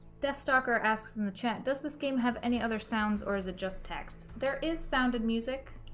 deathstalker asks in the chat does this game have any other sounds or is it just text there is sounded music